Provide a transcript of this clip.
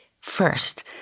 first